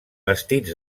vestits